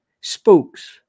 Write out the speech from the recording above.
Spooks